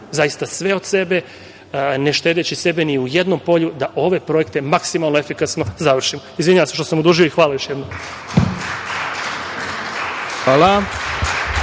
zaista sve od sebe, ne štedeći sebe ni u jednom polju da ove projekte maksimalno efikasno završimo. Izvinjavam se što sam odužio. Hvala još jednom.